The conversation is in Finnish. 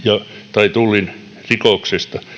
tai tullirikoksesta